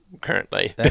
currently